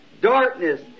darkness